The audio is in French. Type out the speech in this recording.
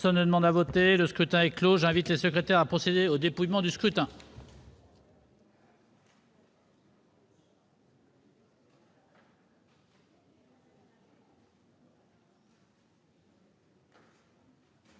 Personne ne demande plus à voter ?... Le scrutin est clos. J'invite Mmes et MM. les secrétaires à procéder au dépouillement du scrutin.